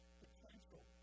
potential